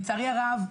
לצערי הרב,